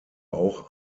auch